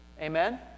amen